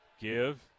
Give